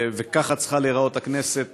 וככה צריכה להיראות הכנסת,